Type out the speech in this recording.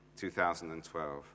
2012